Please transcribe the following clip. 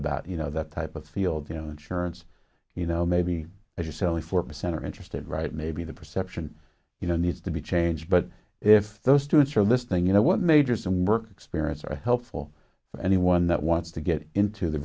about you know that type of field you know insurance you know maybe if you sell the four percent are interested right maybe the perception you know needs to be changed but if those students are listening you know what majors some work experience are helpful for anyone that wants to get into the